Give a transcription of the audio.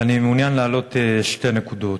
ואני מעוניין להעלות שתי נקודות.